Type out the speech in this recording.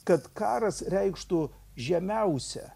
kad karas reikštų žemiausią